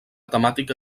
temàtica